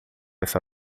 essa